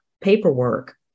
paperwork